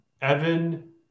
Evan